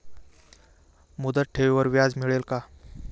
मुदत ठेवीवर व्याज मिळेल का?